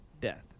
death